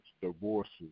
divorces